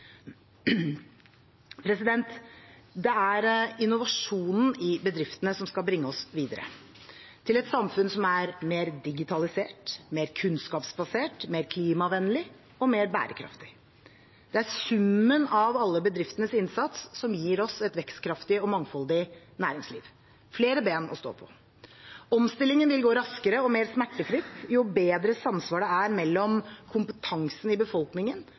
Det er innovasjonen i bedriftene som skal bringe oss videre – til et samfunn som er mer digitalisert, mer kunnskapsbasert, mer klimavennlig og mer bærekraftig. Det er summen av alle bedriftenes innsats som gir oss et vekstkraftig og mangfoldig næringsliv – flere ben å stå på. Omstillingen vil gå raskere og mer smertefritt jo bedre samsvar det er mellom kompetansen i befolkningen